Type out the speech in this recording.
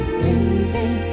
baby